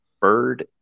bird